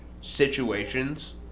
situations